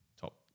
top